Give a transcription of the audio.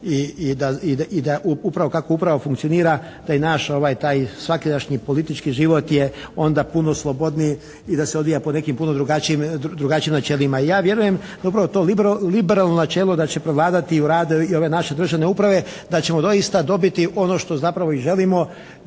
i da upravo kako uprava funkcionira da i naš, taj svakidašnji politički život je onda puno slobodniji i da se odvija po nekim puno drugačijim načelima. Ja vjerujem, dobro, to liberalno načelo da će prevladati i u radu i ove naše državne uprave, da ćemo doista dobiti ono što zapravo i želimo